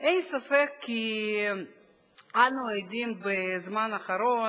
אין ספק כי אנו עדים בזמן האחרון